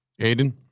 Aiden